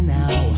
now